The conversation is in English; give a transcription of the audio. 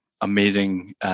amazing